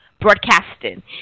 broadcasting